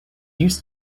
used